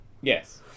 Yes